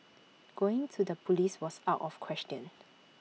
going to the Police was out of question